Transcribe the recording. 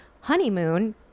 Honeymoon